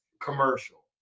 Commercial